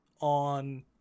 on